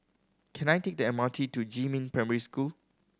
can I take the M R T to Jiemin Primary School